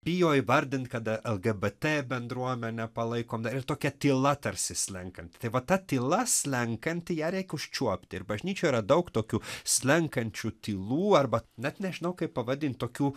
bijojo įvardint kad lgbt bendruomenę palaiko ir tokia tyla tarsi slenkanti tai va ta tyla slenkanti ją reik užčiuopti ir bažnyčioj yra daug tokių slenkančių tylų arba net nežinau kaip pavadint tokių